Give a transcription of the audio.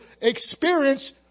experience